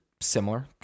similar